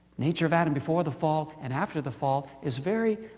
nature of adam before the fall and after the fall, is very.